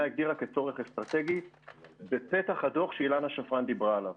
הגדירה בצורך אסטרטגי בפתח הדוח שאילנה שפרן דיברה עליו.